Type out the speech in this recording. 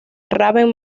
raven